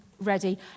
ready